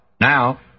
Now